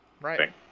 Right